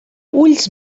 ulls